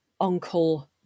uncle